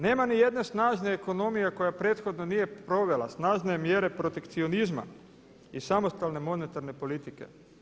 Nema ni jedne snažne ekonomije koja prethodno nije provela snažne mjere protekcionizma i samostalne monetarne politike.